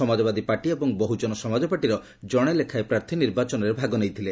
ସମାଜବାଦୀପାର୍ଟି ଏବଂ ବହ୍ରଜନ ସମାଜପାର୍ଟିର ଜଣେ ଲେଖାଏଁ ପ୍ରାର୍ଥୀ ନିର୍ବାଚନରେ ଭାଗ ନେଇଥିଲେ